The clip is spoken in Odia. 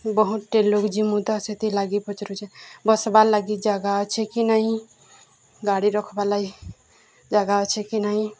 ବହୁତ ଟେଲୁ ଜିମୁ ତ ସେଥି ଲାଗି ପଚାରୁଛେ ବସବାର୍ ଲାଗି ଜାଗା ଅଛେ କି ନାହିଁ ଗାଡ଼ି ରଖ୍ବାର୍ ଲାଗି ଜାଗା ଅଛେ କି ନାହିଁ